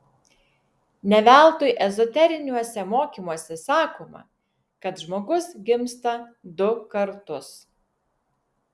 ne veltui ezoteriniuose mokymuose sakoma kad žmogus gimsta du kartus